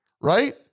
Right